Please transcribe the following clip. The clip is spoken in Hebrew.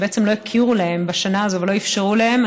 שבעצם לא הכירו להם בשנה הזאת ולא אפשרו להם,